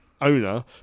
owner